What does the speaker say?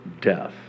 death